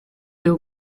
will